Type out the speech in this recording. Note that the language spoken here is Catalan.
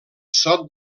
sot